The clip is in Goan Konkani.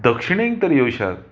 दक्षिणेक तर येवश्यांत